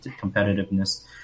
competitiveness